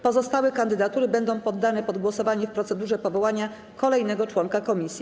Pozostałe kandydatury będą poddane pod głosowanie w procedurze powołania kolejnego członka komisji.